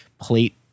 plate